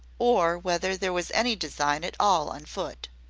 or whether there was any design at all on foot.